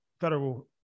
Federal